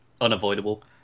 unavoidable